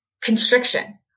constriction